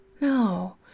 No